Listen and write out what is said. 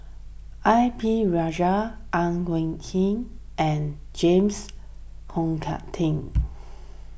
A P Rajah Ang Wei Heng and James Pong Tuck Tim